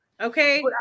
Okay